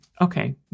Okay